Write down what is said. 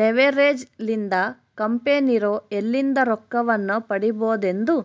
leverage ಲಿಂದ ಕಂಪೆನಿರೊ ಎಲ್ಲಿಂದ ರೊಕ್ಕವನ್ನು ಪಡಿಬೊದೆಂದು